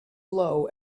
blow